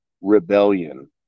rebellion